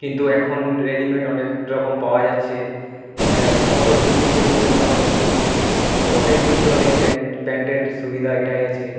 কিন্তু এখন রেডিমেড অনেক রকম পাওয়া যাচ্ছে কটন ইয়েগুলো ভালো অনেকদিন চলে প্যান্ট প্যান্টের সুবিধা এইটাই আছে